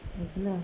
ah tu lah